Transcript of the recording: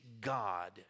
God